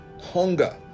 hunger